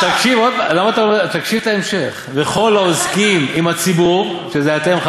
תקשיב להמשך: "וכל העוסקים עם הציבור" שזה אתם,